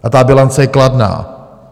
A ta bilance je kladná.